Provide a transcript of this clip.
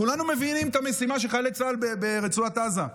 כולנו מבינים את המשימה של חיילי צה"ל ברצועת עזה.